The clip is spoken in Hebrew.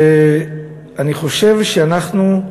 ואני חושב שאנחנו,